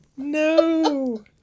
No